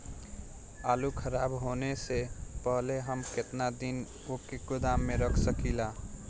आलूखराब होने से पहले हम केतना दिन वोके गोदाम में रख सकिला?